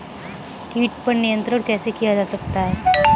कीट पर नियंत्रण कैसे किया जा सकता है?